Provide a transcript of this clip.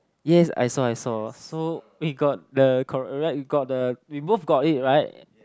yes I saw I saw so we got the correct we got the we both got it right